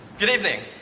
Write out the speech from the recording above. good evening.